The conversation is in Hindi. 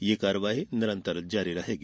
यह कार्यवाही निरंतर जारी रहेगी